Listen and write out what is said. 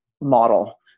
model